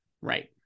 Right